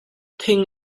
thing